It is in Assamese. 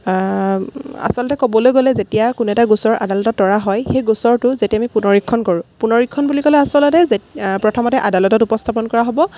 আচলতে ক'বলৈ গ'লে যেতিয়া কোনো এটা গোচৰ আদালতত তৰা হয় সেই গোচৰটো যেতিয়া আমি পুনৰীক্ষণ কৰোঁ পুনৰীক্ষণ বুলি ক'লে আচলতে যে প্ৰথমতে আদালতত উপস্থাপন কৰা হ'ব